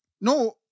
no